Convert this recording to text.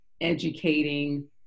educating